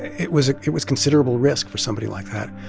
it was it was considerable risk for somebody like that.